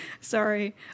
Sorry